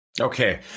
Okay